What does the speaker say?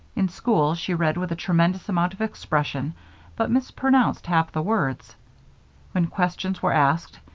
in school she read with a tremendous amount of expression but mispronounced half the words when questions were asked,